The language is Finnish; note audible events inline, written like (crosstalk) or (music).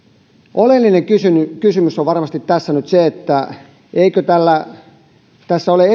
oleellinen kysymys tässä on varmasti nyt se eikö tässä ole (unintelligible)